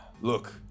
Look